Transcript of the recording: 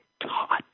taught